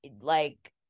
like-